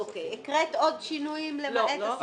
הקראת עוד שינויים למעט הסיבה?